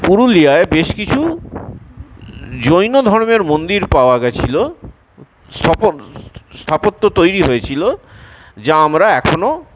পুরুলিয়ায় বেশ কিছু জৈন ধর্মের মন্দির পাওয়া গিয়েছিলো স্থাপত্য তৈরি হয়েছিল যা আমরা এখনো